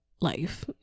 life